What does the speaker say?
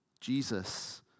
Jesus